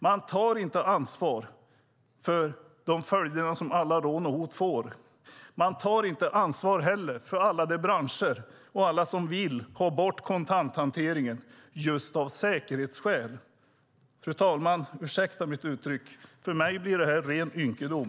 Man tar inte ansvar för de följder som alla rån och hot får. Man tar inte heller ansvar för alla de branscher och alla andra som vill ha bort kontanthanteringen av säkerhetsskäl. Fru talman! Ursäkta mitt uttryck: För mig blir detta ren ynkedom.